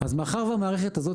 מאחר והמערכת הזאת,